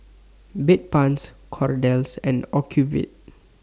Bedpans Kordel's and Ocuvite